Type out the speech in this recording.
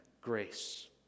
grace